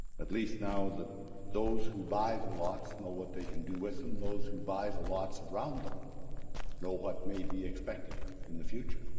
at least now those who buy the lots know what they can do with them. those who buy the lots around them know what may be expected in the future.